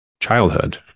childhood